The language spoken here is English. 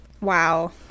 Wow